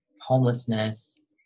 homelessness